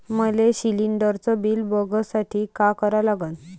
मले शिलिंडरचं बिल बघसाठी का करा लागन?